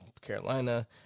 Carolina